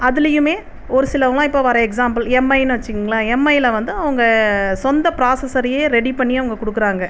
அதிலயுமே ஒரு சிலவர்களாம் இப்போ வர எக்ஸாம்பிள் எம்ஐனு வச்சுங்களேன் எம்ஐயில் வந்து அவங்க சொந்த ப்ராசஸ்சரயே ரெடி பண்ணி அவங்க கொடுக்குறாங்க